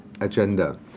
agenda